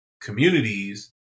communities